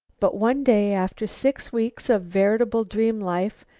but one day, after six weeks of veritable dream life,